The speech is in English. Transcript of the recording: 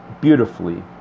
beautifully